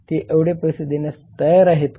ते तेवढे पैसे देण्यास तयार आहेत का